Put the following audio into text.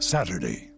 Saturday